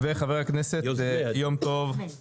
חברי הכנסת שרן השכל ויום טוב כלפון.